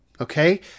okay